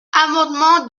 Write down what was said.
amendement